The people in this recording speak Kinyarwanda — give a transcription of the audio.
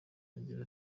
agira